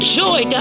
joy